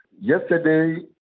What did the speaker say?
Yesterday